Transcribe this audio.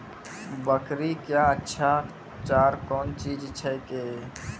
बकरी क्या अच्छा चार कौन चीज छै के?